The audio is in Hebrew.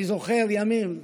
אני זוכר ימים,